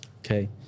okay